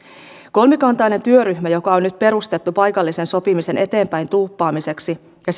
kolmikantainen työryhmä joka on nyt perustettu paikallisen sopimisen eteenpäin tuuppaamiseksi ja